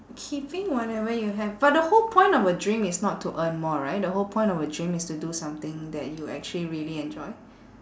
keeping whatever you have but the whole point of a dream is not to earn more right the whole point of a dream is to do something that you actually really enjoy